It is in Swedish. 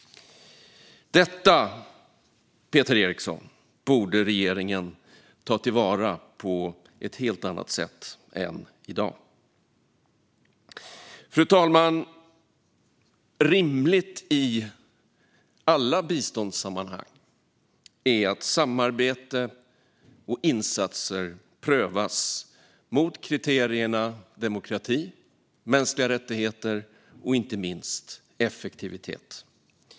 Detta, Peter Eriksson, borde regeringen ta till vara på ett helt annat sätt än i dag. Fru talman! Rimligt i alla biståndssammanhang är att samarbete och insatser prövas mot kriterierna demokrati, mänskliga rättigheter och inte minst effektivitet.